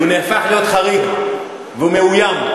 הוא נהפך להיות חריג והוא מאוים.